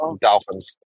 Dolphins